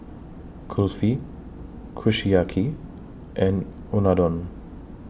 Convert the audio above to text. Kulfi Kushiyaki and Unadon